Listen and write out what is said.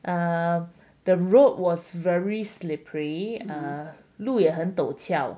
um the road was very slippery err 路也很陡峭